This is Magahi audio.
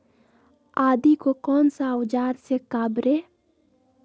आदि को कौन सा औजार से काबरे?